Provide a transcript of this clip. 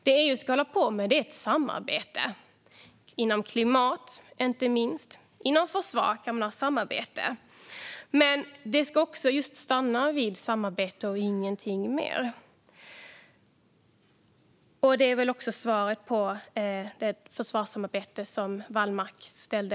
Det som EU ska hålla på med är ett samarbete inom inte minst klimatområdet. Även inom försvarsområdet kan man ha ett samarbete. Men det ska stanna vid just ett samarbete och ingenting mer. Det är också svaret på frågan om försvarssamarbete som Wallmark ställde.